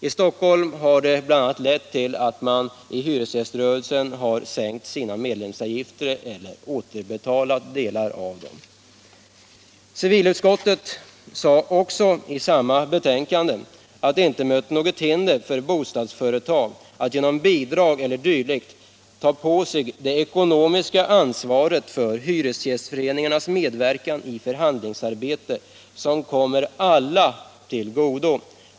I Stockholm har detta bl.a. lett till att man i hyresgäströrelsen sänkt sina medlemsavgifter eller återbetalat delar av dem. Civilutskottet skrev också i samma betänkande att det inte möter något hinder för bostadsföretag att genom bidrag e. d. ta på sig det ekonomiska ansvaret för hyresgästföreningarnas medverkan i förhandlingsarbete som kommer alla till godo.